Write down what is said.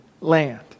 land